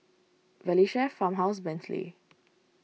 Valley Chef Farmhouse Bentley